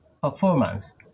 performance